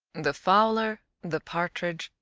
the fowler, the partridge,